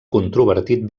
controvertit